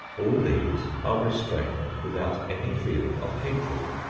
all these are restrained without any feeling of hatred,